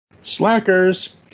Slackers